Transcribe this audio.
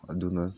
ꯑꯗꯨꯅ